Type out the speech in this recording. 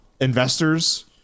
investors